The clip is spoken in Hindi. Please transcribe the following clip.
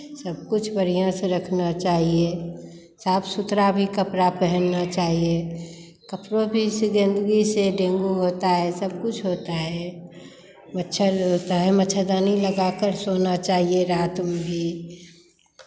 सब कुछ बढ़ियाँ से रखना चाहिए साफ सुथरा भी कपड़ा पहनना चाहिए कपड़ों भी से गंदगी से डेंगू होता है सब कुछ होता है मच्छर होता है मच्छरदानी लगाकर सोना चाहिए रात में भी